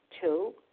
Two